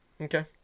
okay